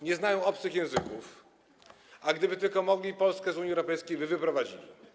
nie znają obcych języków, a gdyby tylko mogli, Polskę z Unii Europejskiej by wyprowadzili.